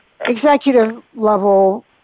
executive-level